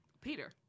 Peter